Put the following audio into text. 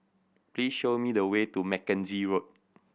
please show me the way to Mackenzie Road